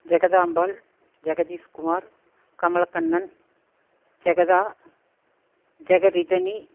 Jagadambal Jagadish Kumar Kamalakannan Jagatha ஜெகரிதனி